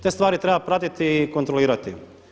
Te stvari treba pratiti i kontrolirati.